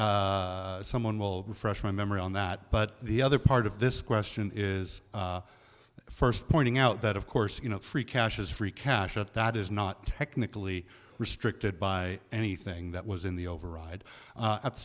on someone will refresh my memory on that but the other part of this question is first pointing out that of course you know free cash is free cash up that is not technically restricted by anything that was in the override at the